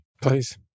Please